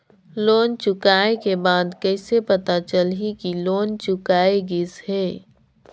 Loan चुकाय के बाद कइसे पता चलही कि लोन चुकाय गिस है?